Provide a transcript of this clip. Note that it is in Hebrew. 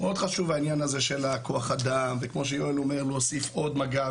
מאוד חשוב העניין הזה של הכוח אדם וכמו שיואל אומר להוסיף עוד מג"ב,